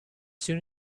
soon